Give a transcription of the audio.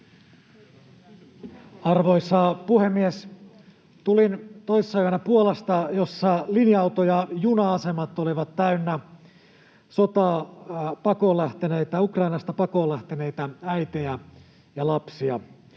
Arvoisa puhemies! Tulin toissayönä Puolasta, jossa linja-auto- ja juna-asemat olivat täynnä sotaa Ukrainasta pakoon lähteneitä äitejä ja lapsia